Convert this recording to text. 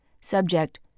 Subject